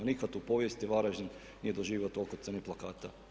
Nikad u povijesti Varaždin nije doživio toliko crnih plakata.